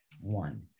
One